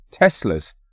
Teslas